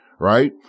Right